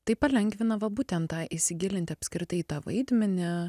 tai palengvina va būtent tą įsigilinti apskritai į tą vaidmenį